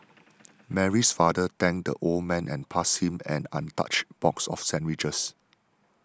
Mary's father thanked the old man and passed him an untouched box of sandwiches